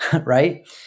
right